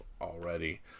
already